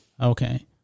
Okay